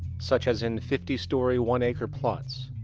such as in fifty story one acre plots,